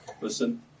listen